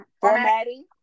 formatting